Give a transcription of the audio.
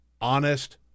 honest